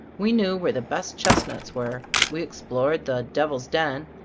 we knew where the best chestnuts were. we explored the devil's den,